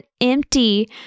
empty